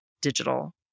digital